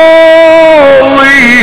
Holy